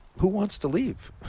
who wants to leave?